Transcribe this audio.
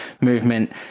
movement